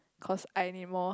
cause I need more